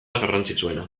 garrantzitsuena